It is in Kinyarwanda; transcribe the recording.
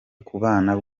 kubana